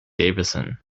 davison